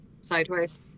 sideways